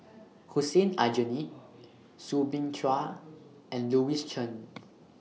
Hussein Aljunied Soo Bin Chua and Louis Chen